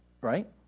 Right